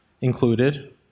included